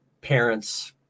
parents